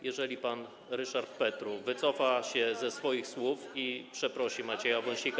Jeżeli pan Ryszard Petru wycofa się ze swoich słów i przeprosi Macieja Wąsika.